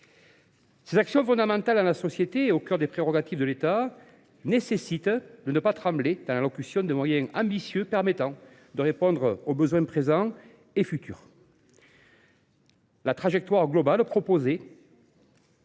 Ces actions fondamentales pour la société sont au cœur des prérogatives de l’État et nous ne devons pas trembler au moment de leur allouer des moyens ambitieux permettant de répondre aux besoins présents et futurs. La trajectoire globale proposée